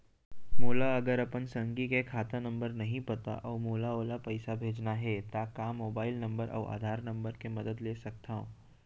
मोला अगर अपन संगी के खाता नंबर नहीं पता अऊ मोला ओला पइसा भेजना हे ता का मोबाईल नंबर अऊ आधार नंबर के मदद ले सकथव?